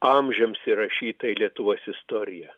amžiams įrašyta į lietuvos istoriją